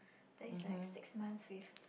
days like six months with